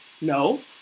No